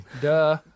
Duh